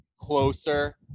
closer